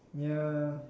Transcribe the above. ya